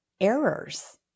errors